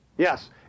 Yes